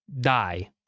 die